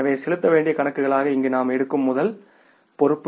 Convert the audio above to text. எனவே செலுத்த வேண்டிய கணக்குகளாக இங்கு நாம் எடுக்கும் முதல் பொறுப்பு